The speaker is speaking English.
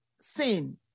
sin